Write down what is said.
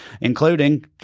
including